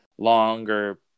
longer